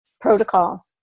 protocol